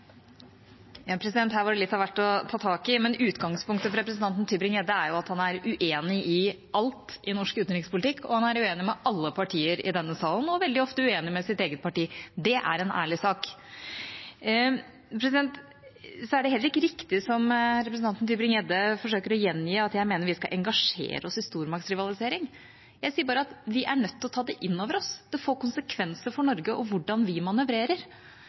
Her var det litt av hvert å ta tak i, men utgangspunktet til representanten Tybring-Gjedde er jo at han er uenig i alt i norsk utenrikspolitikk, han er uenig med alle partier i denne salen og veldig ofte uenig med sitt eget parti. Det er en ærlig sak. Så er det heller ikke riktig som representanten Tybring-Gjedde forsøker å gjengi, at jeg mener at vi skal engasjere oss i stormaktsrivalisering. Jeg sier bare at vi er nødt til å ta det inn over oss. Det får konsekvenser for Norge og for hvordan vi manøvrerer,